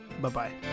bye-bye